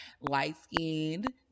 light-skinned